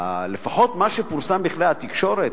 לפחות ממה שפורסם בכלי התקשורת,